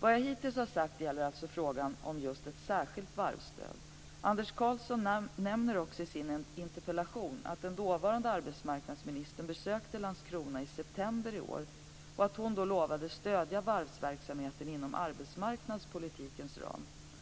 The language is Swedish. Vad jag hittills sagt gäller alltså frågan om ett särskilt varvsstöd. Anders Karlsson nämner också i sin interpellation att den dåvarande arbetsmarknadsministern besökte Landskrona i september i år och att hon då lovade stödja varvsverksamheten inom arbetsmarknadspolitikens ram.